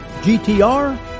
GTR